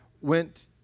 went